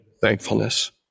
thankfulness